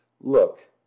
Look